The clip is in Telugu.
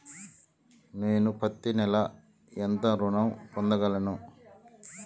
నేను పత్తి నెల ఎంత ఋణం పొందగలను?